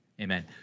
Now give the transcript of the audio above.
Amen